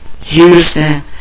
Houston